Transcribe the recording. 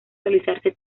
realizarse